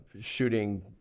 shooting